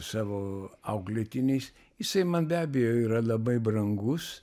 savo auklėtiniais jisai man be abejo yra labai brangus